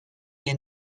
est